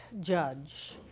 judge